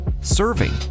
serving